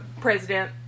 President